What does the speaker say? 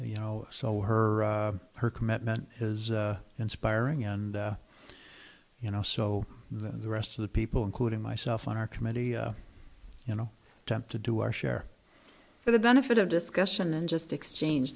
you know so her her commitment is inspiring and you know so the rest of the people including myself on our committee you know to to do our share for the benefit of discussion and just exchange